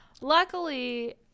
Luckily